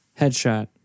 Headshot